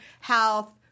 health